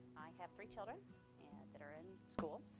have three children that are in school,